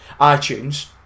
iTunes